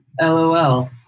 LOL